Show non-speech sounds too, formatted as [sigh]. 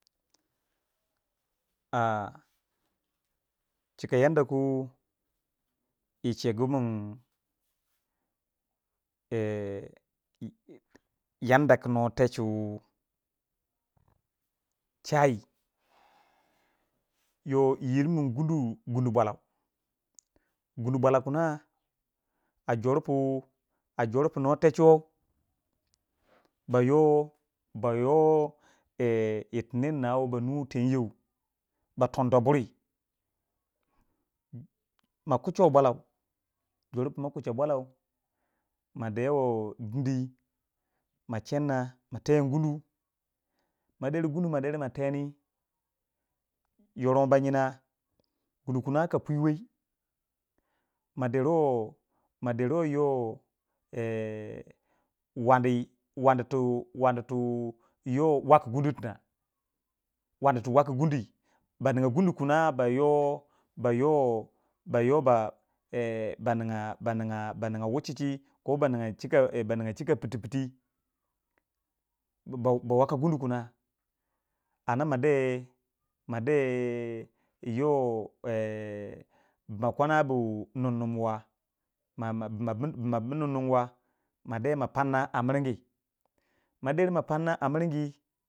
a chika yan da ku yi chegu min [hesitation] yanda ku nuwa techu chayi yoh yi yirri min gundu bwalau gundu bwalan kina a jor pu nuwa techuwai ba yoh ba yoh [hesitation] yir ti ner nawi ba nu tenyau ba tonda buri ma kushuwei bwalau jir pu ma kaucha bwalau madewo dundi ma chenda ma tunu gundu ma der gundu ma der ma teni yoronga ba nyina gundu kuna ka puwai ma deru ma deru yoh [hesitation] wandi wandi tu wandi tu yoh waki gundu tono wandi tu yoh waki gundu ba ningya gundu kina ba yoh ba yoh ba yoh ba ninga ba ninga wuchichi ko ba ninga chika piti piti ba ba waka gundu kina anda ma de ma de yoh [hesitation] makwana bu nim nim wa nmabinimwa minwa de ma panna a miringi kama deri ma panna a miringi.